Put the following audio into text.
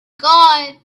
god